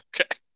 Okay